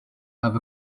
have